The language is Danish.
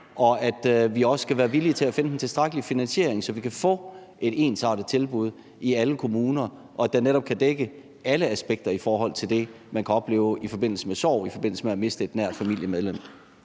og at vi også skal være villige til at finde den tilstrækkelige finansiering, så vi kan få et ensartet tilbud i alle kommuner, og at det netop kan dække alle aspekter i forhold til det, man kan opleve i forbindelse med sorg, når man mister et nært familiemedlem?